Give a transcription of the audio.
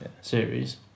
series